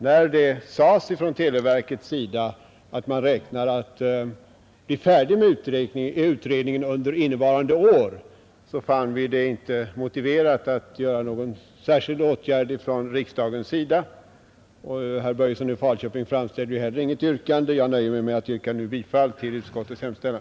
När det sades från televerket att man räknar med att bli färdig med den i betänkandet omnämnda utredningen redan under innevarande år fann vi det inte motiverat att vidta någon särskild åtgärd från riksdagens sida. Herr Börjesson i Falköping framställde ju inte heller något yrkande. Jag nöjer mig med att yrka bifall till utskottets hemställan.